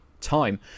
time